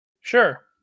Sure